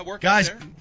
Guys